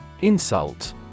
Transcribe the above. insult